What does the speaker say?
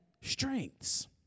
strengths